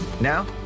Now